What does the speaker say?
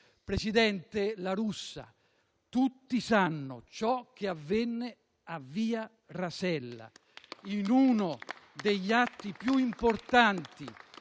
Presidente La Russa, tutti sanno ciò che avvenne a via Rasella, in uno degli atti più importanti